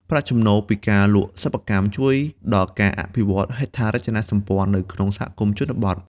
ប្រាក់ចំណូលពីការលក់សិប្បកម្មជួយដល់ការអភិវឌ្ឍ ហេដ្ឋារចនាសម្ព័ន្ធ នៅក្នុងសហគមន៍ជនបទ។